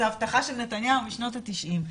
זאת הבטחה של נתניהו משנות ה-90.